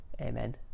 Amen